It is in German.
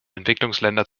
entwicklungsländer